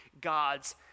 God's